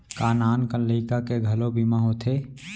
का नान कन लइका के घलो बीमा होथे?